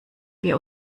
wir